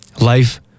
life